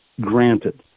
Granted